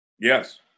Yes